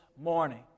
morning